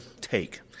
take